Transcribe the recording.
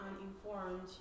uninformed